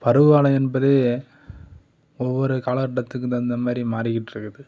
பருவ காலம் என்பது ஒவ்வொரு காலம் கட்டத்துக்கும் தகுந்த மாதிரி மாறிக்கிட்ருக்குது